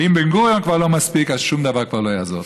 אם בן-גוריון לא מספיק, אז שום דבר כבר לא יעזור.